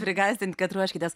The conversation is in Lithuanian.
prigąsdint kad ruoškitės